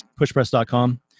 pushpress.com